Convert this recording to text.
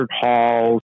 halls